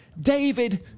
David